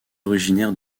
originaire